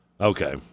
Okay